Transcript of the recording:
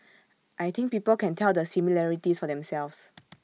I think people can tell the similarities for themselves